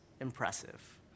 impressive